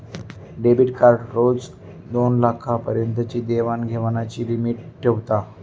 debit card रोज दोनलाखा पर्यंतची देवाण घेवाणीची लिमिट ठेवता